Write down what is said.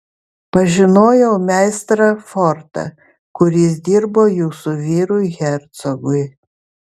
pažinojau meistrą fortą kuris dirbo jūsų vyrui hercogui